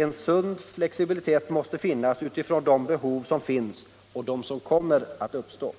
En sund flexibilitet måste finnas utifrån de behov som föreligger och de som kommer att uppstå.